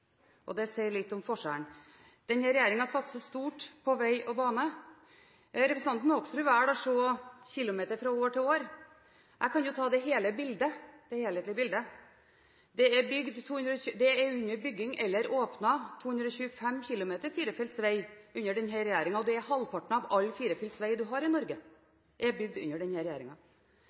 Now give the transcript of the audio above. Det sier litt om forskjellen. Denne regjeringen satser stort på vei og bane. Representanten Hoksrud velger å se kilometer fra år til år. Jeg kan ta det helhetlige bildet. Det er under bygging eller åpnet 225 km firefelts vei under denne regjeringen. Halvparten av alle firefelts veier vi har i Norge, er bygd under denne regjeringen. Det er under bygging eller åpnet 170 km midtrekkverk under denne regjeringen. Det er brorparten av midtdelere som er bygd her